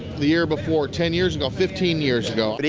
the year before, ten years ago, fifteen years ago.